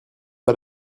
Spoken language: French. pas